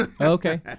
Okay